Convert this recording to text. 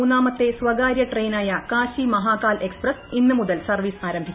മൂന്നാമത്തെ സ്വകാരൃ ട്രെയിനായ കാശി മഹാകാൽ എക്സ്പ്രസ് ഇന്നു മുതൽ സർവ്വീസ് ആരംഭിക്കും